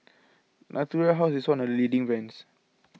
Natura House is one of the leading brands